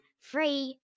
Free